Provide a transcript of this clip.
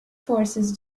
forces